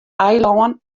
eilân